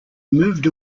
moved